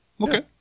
okay